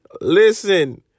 Listen